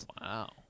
Wow